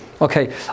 Okay